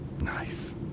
Nice